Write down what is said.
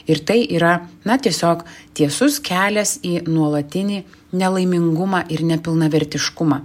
ir tai yra na tiesiog tiesus kelias į nuolatinį nelaimingumą ir nepilnavertiškumą